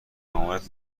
مامانت